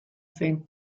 zen